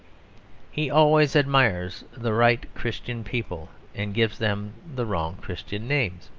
he always admires the right christian people, and gives them the wrong christian names.